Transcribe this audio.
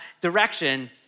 direction